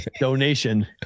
Donation